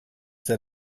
that